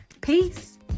Peace